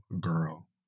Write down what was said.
girl